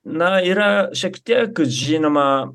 na yra šiek tiek žinoma